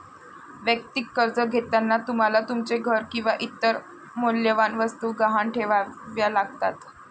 वैयक्तिक कर्ज घेताना तुम्हाला तुमचे घर किंवा इतर मौल्यवान वस्तू गहाण ठेवाव्या लागतात